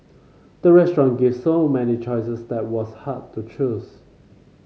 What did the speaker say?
the restaurant gave so many choices that was hard to choose